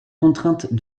contraintes